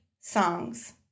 songs